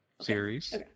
series